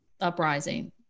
uprising